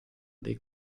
dei